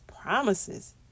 promises